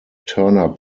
turner